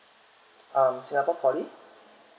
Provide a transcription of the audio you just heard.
um singapore poly